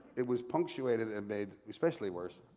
it was punctuated and made especially worse.